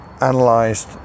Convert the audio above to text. analyzed